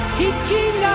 teaching